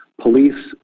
police